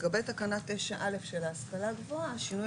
לגבי תקנה 9.א. של ההכשלה הגבוהה השינוי